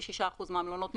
96% מהמלונות נסגרו.